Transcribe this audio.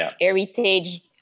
heritage